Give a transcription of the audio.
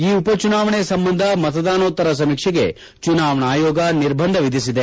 ಈ ಉಪಚುನಾವಣೆ ಸಂಬಂಧ ಮತದಾನೋತ್ತರ ಸಮೀಕ್ಷೆಗೆ ಚುನಾವಣಾ ಅಯೋಗ ನಿರ್ಬಂಧ ವಿಧಿಸಿದೆ